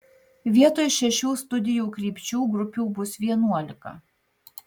vietoj šešių studijų krypčių grupių bus vienuolika